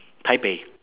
台北